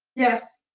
yes.